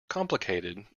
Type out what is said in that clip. complicated